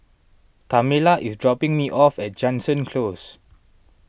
Tamela is dropping me off at Jansen Close